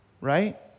right